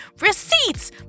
receipts